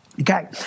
Okay